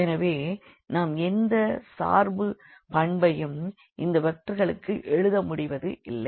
எனவே நாம் எந்த சார்பு பண்பையும் இந்த வெக்டர்களுக்கு எழுத முடிவதில்லை